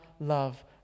love